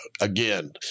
again